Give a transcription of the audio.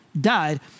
died